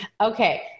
Okay